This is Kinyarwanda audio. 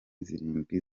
zirindwi